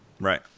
Right